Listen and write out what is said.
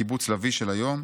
קיבוץ לביא של היום,